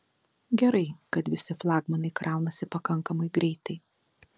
gerai kad visi flagmanai kraunasi pakankamai greitai